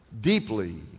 deeply